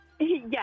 Yes